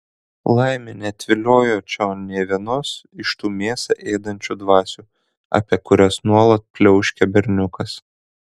laimė neatviliojo čion nė vienos iš tų mėsą ėdančių dvasių apie kurias nuolat pliauškia berniukas